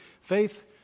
faith